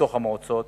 בתוך המועצות